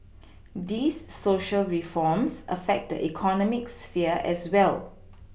these Social reforms affect the economic sphere as well